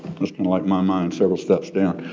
just and like my mind several steps down.